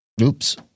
Oops